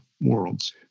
worlds